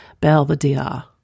Belvedere